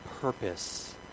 purpose